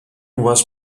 was